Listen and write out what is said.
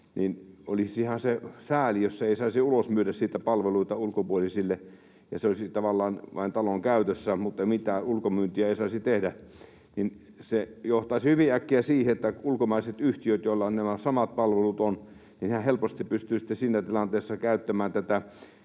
niin olisihan se sääli, jos se ei saisi ulosmyydä siitä palveluita ulkopuolisille ja se olisi tavallaan vain talon käytössä, mutta mitään ulkomyyntiä ei saisi tehdä. Se johtaisi hyvin äkkiä siihen, että ulkomaiset yhtiöt, joilla on nämä samat palvelut, helposti pystyvät sitten siinä tilanteessa käyttämään tätä